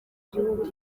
igihugu